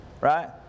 right